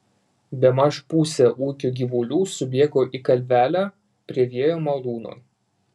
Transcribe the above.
bemaž pusė ūkio gyvulių subėgo į kalvelę prie vėjo malūno